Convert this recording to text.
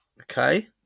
Okay